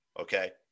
okay